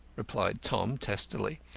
replied tom, testily.